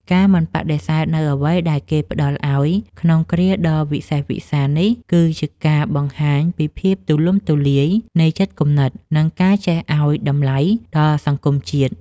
ការមិនបដិសេធនូវអ្វីដែលគេផ្តល់ឱ្យក្នុងគ្រាដ៏វិសេសវិសាលនេះ គឺជាការបង្ហាញពីភាពទូលំទូលាយនៃចិត្តគំនិត និងការចេះឱ្យតម្លៃដល់សង្គមជាតិ។